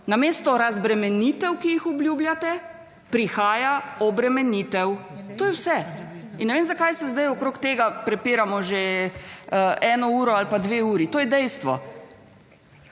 namesto razbremenitev, ki jih obljubljate prihaja obremenitev, to je vse. Ne vem zakaj se sedaj okoli tega prepiramo že eno ali dve uri, to je dejstvo.